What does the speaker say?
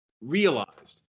realized